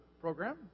program